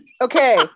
okay